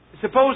suppose